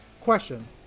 Question